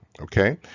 Okay